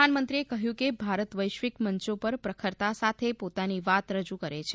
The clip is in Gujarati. પ્રધાનમંત્રીએ કહ્યું કે ભારત વૈશ્વિક મંચો પર પ્રખરતા સાથે પોતાની વાત રજૂ કરે છે